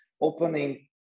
opening